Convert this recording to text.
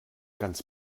ganz